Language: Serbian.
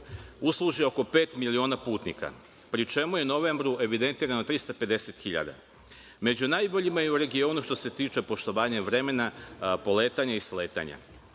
usluži oko pet miliona putnika, pri čemu je u novembru evidentirano 350 hiljada. Među najboljima je u regionu što se tiče poštovanja vremena poletanja i sletanja.